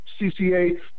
CCA